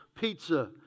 pizza